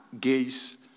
gays